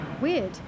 Weird